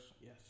Yes